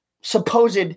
supposed